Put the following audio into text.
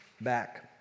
back